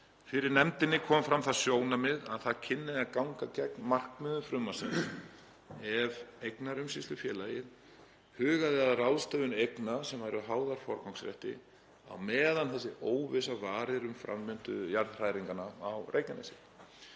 Fyrir nefndinni kom fram það sjónarmið að það kynni að ganga gegn markmiðum frumvarpsins ef eignaumsýslufélagið hugaði að ráðstöfun eigna sem háðar eru forgangsrétti á meðan óvissa varir um framvindu jarðhræringa í Grindavíkurbæ.